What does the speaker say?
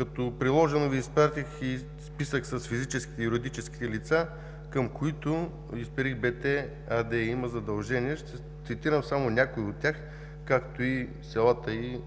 АД. Приложено Ви изпратих и списък с физическите и юридическите лица, към които „Исперих БТ“ АД има задължения. Ще цитирам само някои от тях, както селата и